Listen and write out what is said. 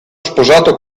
sposato